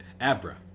Abra